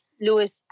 Lewis